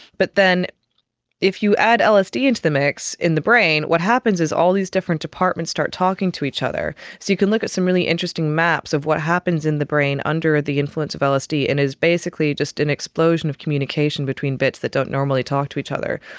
but then if you add lsd into the mix in the brain, what happens is all these different departments start talking to each other. so you can look at some really interesting maps of what happens in the brain under the influence of lsd, and it is basically just an explosion of communication between bits that don't normally talk to each other,